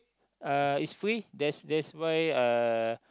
uh it's free that's that's why uh